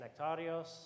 Nectarios